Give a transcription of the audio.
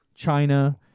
china